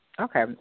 Okay